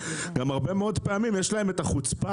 גם הרבה מאוד פעמים יש להם את החוצפה